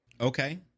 Okay